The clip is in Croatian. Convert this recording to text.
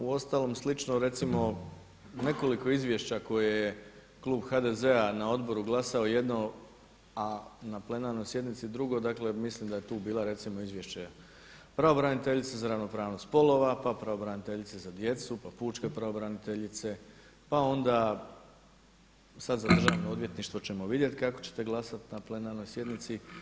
Uostalom slično recimo nekoliko izvješća koje je Klub HDZ-a na odboru glasao jedno, a na plenarnoj sjednici drugo dakle mislim da je tu bilo recimo Izvješće pravobraniteljice za ravnopravnost spolova, pa pravobraniteljice za djecu, pa pučke pravobraniteljice, pa onda sada za Državno odvjetništvo ćemo vidjeti kako ćete glasati na plenarnoj sjednici.